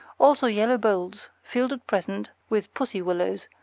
also yellow bowls, filled at present with pussywillows,